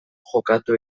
jokatu